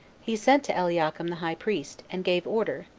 he sent to eliakim the high priest, and gave order,